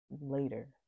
later